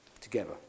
together